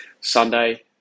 Sunday